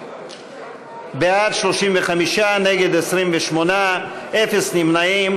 בעד, 35, נגד, 28, אין נמנעים.